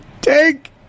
take